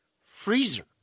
freezer